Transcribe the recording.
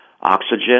oxygen